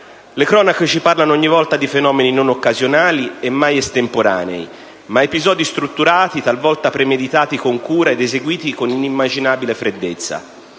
Le cronache ci parlano ogni volta di fenomeni non occasionali e mai estemporanei, ma episodi strutturati, talvolta premeditati con cura ed eseguiti con inimmaginabile freddezza.